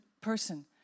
person